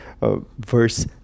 verse